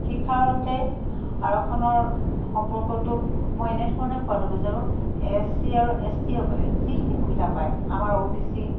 শিক্ষাৰ সৈতে আৰক্ষণৰ সম্পৰ্কটো মই এনেধৰণে কোৱাটো বিচাৰোঁ এছ চি আৰু এছ টিসকলে যিখিনি সুবিধা পায় আমাৰ অ' বি চি